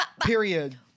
Period